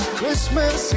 Christmas